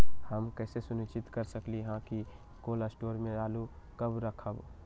हम कैसे सुनिश्चित कर सकली ह कि कोल शटोर से आलू कब रखब?